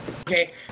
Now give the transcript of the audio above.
Okay